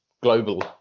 global